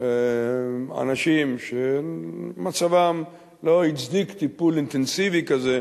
אנשים שמצבם לא הצדיק טיפול אינטנסיבי כזה,